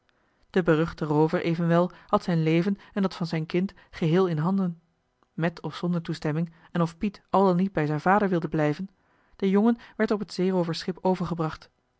de beruchte roover evenwel had zijn leven en dat van zijn kind geheel in handen met of zonder toestemming en of piet al dan niet bij zijn vader wilde blijven de jongen werd op het zeerooversschip overgebracht